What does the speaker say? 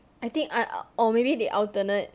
I think uh or maybe they alternate